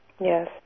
Yes